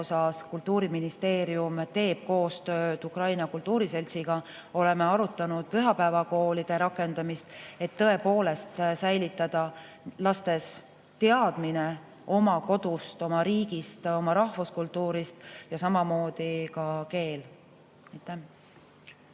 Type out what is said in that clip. Kultuuriministeerium koostööd Ukraina Kultuurikeskusega. Oleme arutanud pühapäevakoolide rakendamist, et säilitada lastes teadmine oma kodust, oma riigist, oma rahvuskultuurist ja samamoodi ka keelest.